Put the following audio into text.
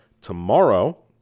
Tomorrow